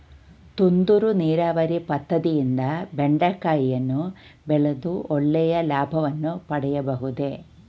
ತುಂತುರು ನೀರಾವರಿ ಪದ್ದತಿಯಿಂದ ಬೆಂಡೆಕಾಯಿಯನ್ನು ಬೆಳೆದು ಒಳ್ಳೆಯ ಲಾಭವನ್ನು ಪಡೆಯಬಹುದೇ?